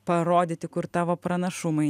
parodyti kur tavo pranašumai